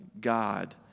God